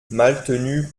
maltenu